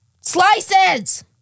Slices